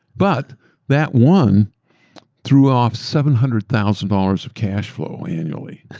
but that one threw off seven hundred thousand dollars of cash flow annually.